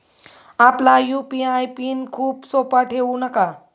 आपला UPI PIN खूप सोपा ठेवू नका